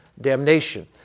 damnation